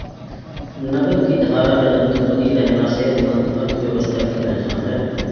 नकद की धारा निरंतर बनी रहना सेहतमंद अर्थव्यवस्था की पहचान है